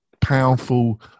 powerful